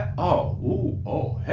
oh,